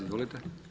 Izvolite.